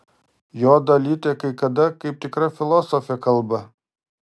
jo dalytė kai kada kaip tikra filosofė kalba